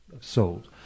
sold